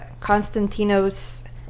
Constantinos